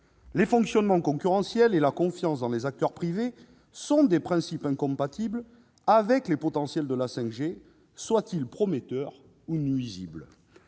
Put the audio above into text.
Les fonctionnements concurrentiels et la confiance dans les acteurs privés sont des principes incompatibles avec les potentiels de la 5G, qu'ils soient prometteurs ou nuisibles.